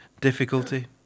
difficulty